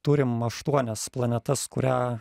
turim aštuonias planetas kurią